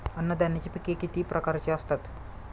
अन्नधान्याची पिके किती प्रकारची असतात?